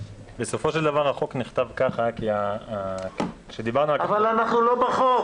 בסופו של דבר החוק נכתב ככה כי --- אבל אנחנו לא בחוק.